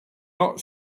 not